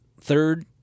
third